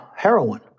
heroin